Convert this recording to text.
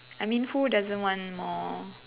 I mean who doesn't want more